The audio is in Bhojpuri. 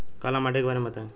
काला माटी के बारे में बताई?